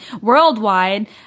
worldwide